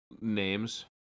names